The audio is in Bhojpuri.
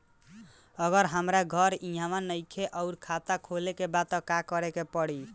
अगर हमार घर इहवा नईखे आउर खाता खोले के बा त का करे के पड़ी?